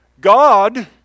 God